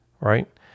Right